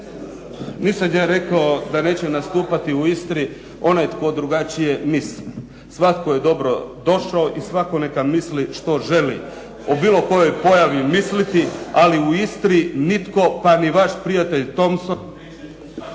Nisam ja rekao da neće nastupati u Istri onaj tko drugačije misli. Svatko je dobrodošao i svatko neka misli što želi o bilo kojoj pojavi misliti, ali u Istri nitko pa ni vaš prijatelj Thompson